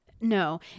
No